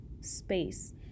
space